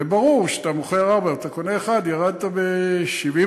וברור שכשאתה מוכר ארבע ומוכר אחת, ירדת ב 70%,